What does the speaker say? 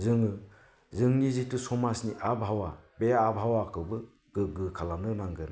जोङो जोंनि जिथु समाजनि आबहावा बे आबहावाखौबो गोग्गो खालामनो नांगोन